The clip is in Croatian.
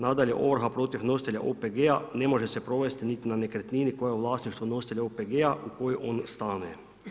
Nadalje, ovrha protiv nositelja OPG-a ne može se provesti niti na nekretnini koja je u vlasništvu nositelja OPG-a u kojoj on stanuje.